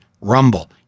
Rumble